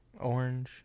Orange